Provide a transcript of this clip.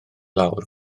lawr